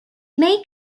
may